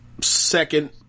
second